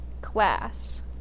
class